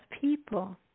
people